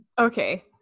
Okay